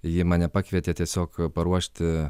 ji mane pakvietė tiesiog paruošti